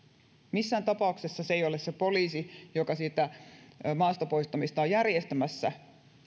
missään tapauksessa se ei ole se poliisi joka sitä maasta poistamista on järjestämässä